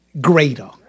greater